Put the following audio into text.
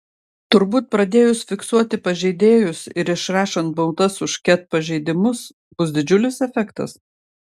turbūt pradėjus fiksuoti pažeidėjus ir išrašant baudas už ket pažeidimus bus didžiulis efektas